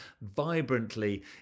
vibrantly